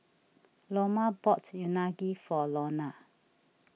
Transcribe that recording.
Loma bought Unagi for Lona